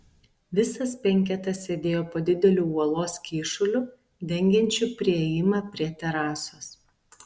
visas penketas sėdėjo po dideliu uolos kyšuliu dengiančiu priėjimą prie terasos